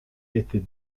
était